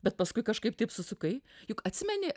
bet paskui kažkaip taip susukai juk atsimeni